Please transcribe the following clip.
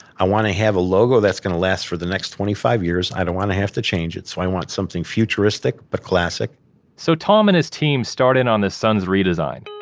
i want to have a logo that's going to last for the next twenty-five years i don't want to have to change it, so i want something futuristic but classic so tom and his team start in on the suns redesign.